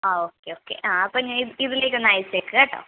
ആ okay okay ആ അപ്പം ഞാൻ ഇതിലേയ്ക്ക് ഒന്നയച്ചേക്ക് കേട്ടോ